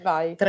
Vai